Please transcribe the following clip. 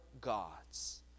gods